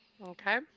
Okay